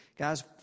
Guys